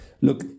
Look